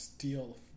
steal